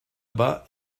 bas